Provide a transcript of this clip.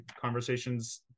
conversations